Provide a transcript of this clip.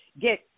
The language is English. get